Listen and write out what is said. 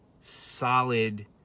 solid